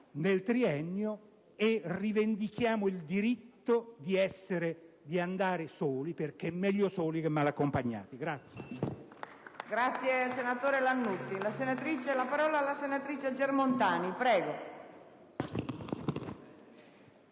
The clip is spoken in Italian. nel triennio. Rivendichiamo il diritto di andare soli: meglio soli che male accompagnati.